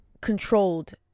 controlled